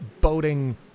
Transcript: boating